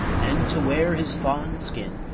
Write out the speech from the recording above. and to wear his fawn-skin,